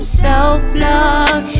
self-love